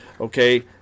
okay